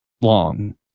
long